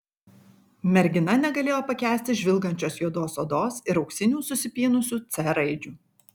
mergina negalėjo pakęsti žvilgančios juodos odos ir auksinių susipynusių c raidžių